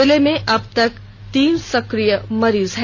जिले में अब तक तीन सक्रिय मरीज हें